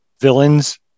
villains